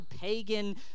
pagan